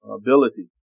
ability